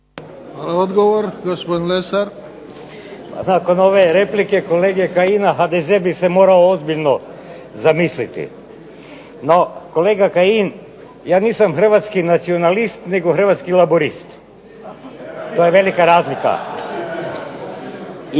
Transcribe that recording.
- Stranka rada)** Pa nakon ove replike Kajina HDZ bi se morao ozbiljno zamisliti. No, kolega Kajin ja nisam Hrvatski nacionalist, nego Hrvatski laburist, to je velika razlika.